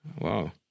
Wow